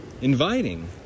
inviting